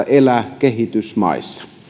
elää kehitysmaissa